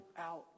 out